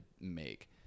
make